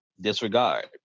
disregard